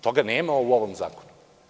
Toga nema u ovom zakonu.